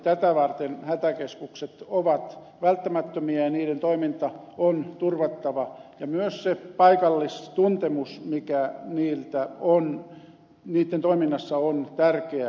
tätä varten hätäkeskukset ovat välttämättömiä ja niiden toiminta on turvattava ja myös se paikallistuntemus mikä niitten toiminnassa on tärkeää